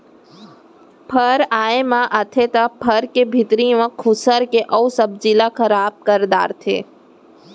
फर आए म आथे त फर के भीतरी म खुसर के ओ सब्जी ल खराब कर डारथे